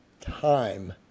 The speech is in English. time